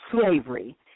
slavery